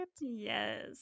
Yes